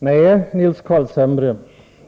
Herr talman!